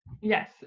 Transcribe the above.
Yes